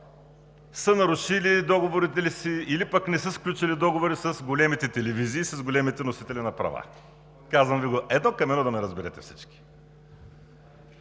са нарушили договорите си или пък не са сключили договори с големите телевизии, с големите носители на права. Казвам Ви го едно към едно, за да ме разберете всички!